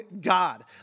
God